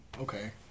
Okay